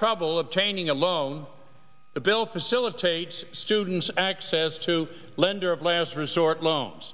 trouble obtaining a loan the bill facilitates students access to lender of last resort loans